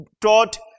taught